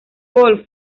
paul